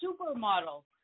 supermodel